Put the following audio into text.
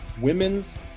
Women's